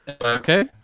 Okay